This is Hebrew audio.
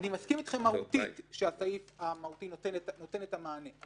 אני מסכים אתכם מהותית שהסעיף המהותי נותן את המענה.